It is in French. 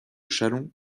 châlons